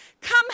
Come